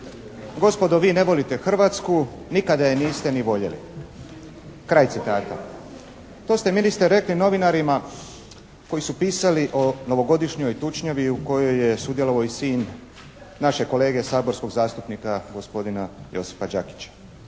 "Gospodo vi ne volite Hrvatsku, nikada je niste ni voljeli.", kraj citata. To ste ministre rekli novinarima koji su pisali o novogodišnjoj tučnjavi u kojoj je sudjelovao i sin našeg kolege saborskog zastupnika gospodina Josipa Đakića.